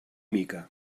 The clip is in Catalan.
mica